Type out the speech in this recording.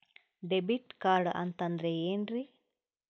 Debit card ಅಂತಂದ್ರೆ ಏನ್ರೀ?